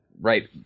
right